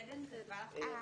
עדן כתבה לך ברכה.